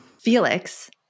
Felix